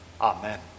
Amen